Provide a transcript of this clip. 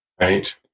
right